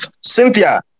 Cynthia